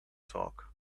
sock